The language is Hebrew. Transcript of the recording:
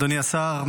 אדוני השר,